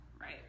Right